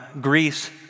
greece